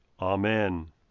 Amen